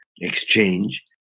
exchange